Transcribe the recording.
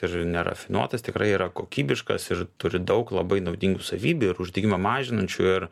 ir nerafinuotas tikrai yra kokybiškas ir turi daug labai naudingų savybių ir uždegimą mažinančių ir